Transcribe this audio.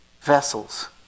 vessels